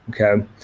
Okay